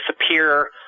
disappear